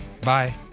Bye